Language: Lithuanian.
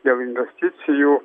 dėl investicijų